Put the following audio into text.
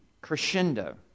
crescendo